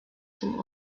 zum